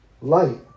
light